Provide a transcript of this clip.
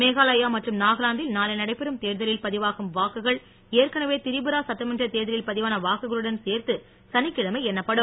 மேகாலயா மற்றும் நாகாலாந் தில் நாளை நடைபெறும் தேர் தலில் பதிவாகும் வாக்குகள் ஏற்கனவே திரி புரா சட்டமன்றத் தேர் தலில் பதிவான வாக்குகளுடன் சேர் த் து ச னிக் கிழமை எண்ணப்படும்